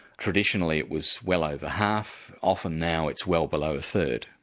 traditionally it was well over half, often now it's well below a third.